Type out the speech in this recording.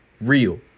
real